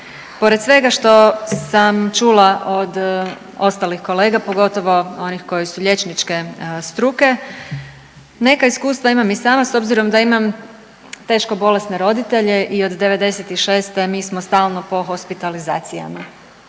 pored svega što sam čula od ostalih kolega, pogotovo onih koji su liječničke struke neka iskustva imam i sama s obzirom da imam teško bolesne roditelje i od '96. mi smo stalno po hospitalizacijama,